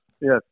Yes